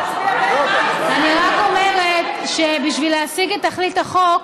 אני רק אומרת שבשביל להשיג את תכלית החוק,